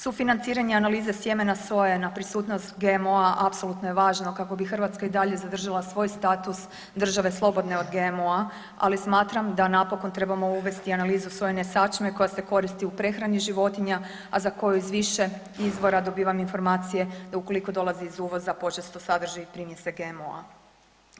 Sufinanciranje analize sjemena soje na prisutnost GMO-a apsolutno je važno kako bi Hrvatska i dalje zadržala svoj status države slobodne od GMO-a, ali smatram da napokon trebamo uvesti i analizu sojine sačme koja se koristi u prehrani životinja, a za koju iz više izvora dobivam informacije da ukoliko dolazi iz uvoza, počesto sadrži i primjese GMO-a.